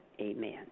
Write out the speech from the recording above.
Amen